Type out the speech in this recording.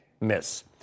miss